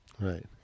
Right